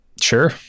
sure